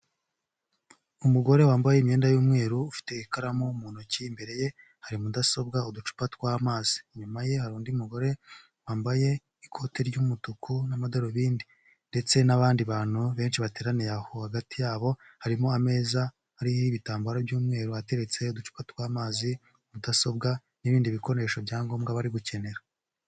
Umugore wambaye imyenda y'umweru ufite ikaramu mu ntoki, imbere ye hari mudasobwa n'uducupa tw'amazi. Inyuma ye hari undi mugore wambaye ikote ry'umutuku n'amadarubindi ndetse n'abandi bantu benshi bateraniye aho. Hagati yabo harimo ameza ariho ibitambaro by'umweru, hateretse uducupa tw'amazi, mudasobwa n'ibindi bikoresho bya ngombwa bari gukenera.